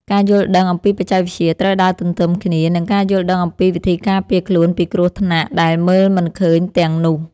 ការយល់ដឹងអំពីបច្ចេកវិទ្យាត្រូវដើរទន្ទឹមគ្នានឹងការយល់ដឹងអំពីវិធីការពារខ្លួនពីគ្រោះថ្នាក់ដែលមើលមិនឃើញទាំងនោះ។